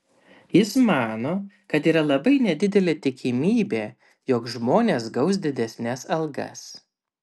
jis mano kad yra labai nedidelė tikimybė jog žmonės gaus didesnes algas